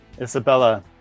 Isabella